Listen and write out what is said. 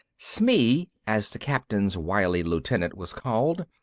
smee, as the captain's wily lieutenant was called,